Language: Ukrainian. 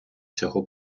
цього